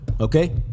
Okay